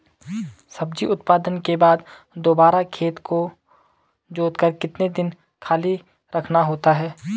सब्जी उत्पादन के बाद दोबारा खेत को जोतकर कितने दिन खाली रखना होता है?